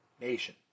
nation